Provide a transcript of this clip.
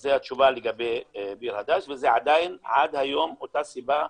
זו התשובה לגבי ביר הדאג' וזה עדיין עד היום אותה סיבה.